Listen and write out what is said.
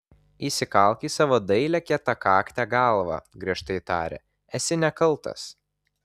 įsikalk į savo dailią kietakaktę galvą griežtai tarė esi nekaltas